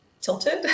tilted